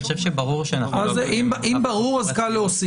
אני חושב שברור -- אם ברור אז קל להוסיף.